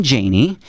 Janie